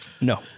No